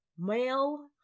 male